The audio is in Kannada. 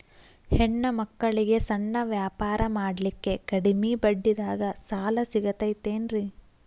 ಹೆಣ್ಣ ಮಕ್ಕಳಿಗೆ ಸಣ್ಣ ವ್ಯಾಪಾರ ಮಾಡ್ಲಿಕ್ಕೆ ಕಡಿಮಿ ಬಡ್ಡಿದಾಗ ಸಾಲ ಸಿಗತೈತೇನ್ರಿ?